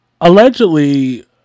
Allegedly